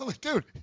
Dude